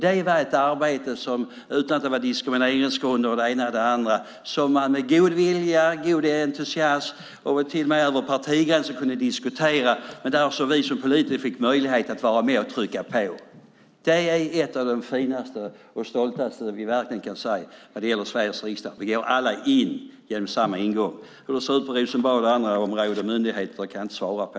Detta arbete bedrev man, utan att det var några diskrimineringsgrunder och det ena och det andra, med god vilja och med entusiasm, och man kunde till och med diskutera det över partigränserna. Men vi som politiker fick möjlighet att vara med och trycka på. Det är något av det finaste som vi kan se när det gäller Sveriges riksdag och som vi kan vara stolta över: Vi går alla in genom samma ingång. Hur det ser ut i Rosenbad och i olika myndigheter kan jag inte svara på.